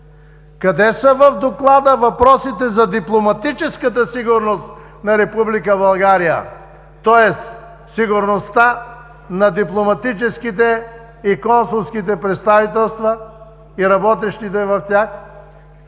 Къде в Доклада са въпросите за дипломатическата сигурност на Република България? Тоест сигурността на дипломатическите и консулските представителства и работещите в тях?